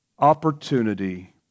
opportunity